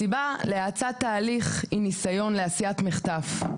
הסיבה להאצת ההליך היא ניסיון לעשיית מחטף.